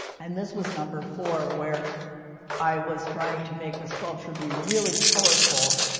and this was number four, where i was trying to make the sculpture be really colorful.